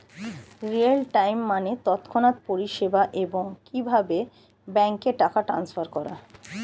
real time মানে তৎক্ষণাৎ পরিষেবা, এবং কিভাবে ব্যাংকে টাকা ট্রান্সফার করা